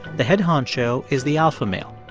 the head honcho is the alpha male.